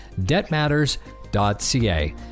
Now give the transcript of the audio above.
debtmatters.ca